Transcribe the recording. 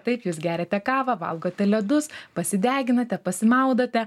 taip jūs geriate kavą valgote ledus pasideginate pasimaudote